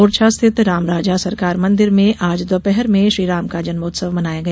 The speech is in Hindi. ओरछा स्थित रामराजा सरकार मंदिर में आज दोपहर में श्रीराम का जन्मोत्सव मनाया गया